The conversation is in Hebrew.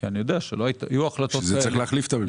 לכן צריך להחליף את הממשלה.